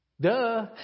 Duh